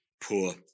Poor